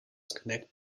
connect